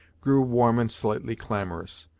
grew warm and slightly clamorous.